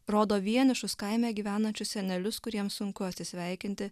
rodo vienišus kaime gyvenančius senelius kuriem sunku atsisveikinti